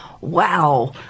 Wow